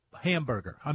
hamburger